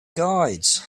guides